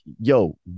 yo